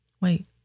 wait